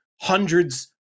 hundreds